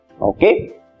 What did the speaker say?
okay